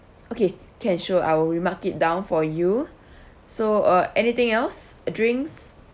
okay can sure I'll mark it down for you so uh anything else uh drinks